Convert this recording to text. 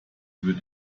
würde